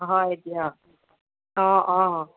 হয় দিয়ক অঁ অঁ